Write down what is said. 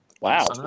Wow